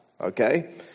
Okay